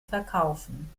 verkaufen